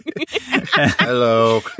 Hello